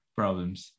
problems